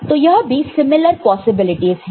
तो यह भी सिमिलर पॉसिबिलिटीज है